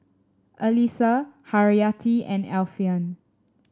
Alyssa Haryati and Alfian